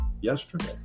yesterday